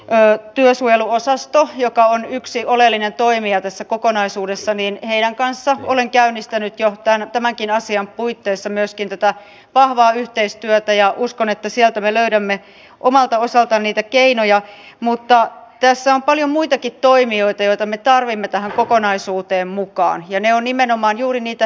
pää työsuojeluosasto joka on yksi oleellinen toimia tässä kokonaisuudessa niin heidän kanssa olen käynnistänyt johtanut tämänkin asian puitteissa myöskin tätä vahvaa yhteistyötä ja uskon että sieltä me lähdemme omalta osaltaan niitä keinoja mutta kesä on paljon muitakin toimijoita joita me tarvimme tähän kokonaisuuteen mukaan ja ne on nimenomaan juuri niitä